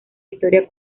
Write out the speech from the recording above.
historia